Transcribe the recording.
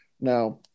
Now